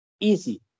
Easy